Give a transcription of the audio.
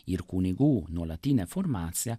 ir kunigų nuolatinę formaciją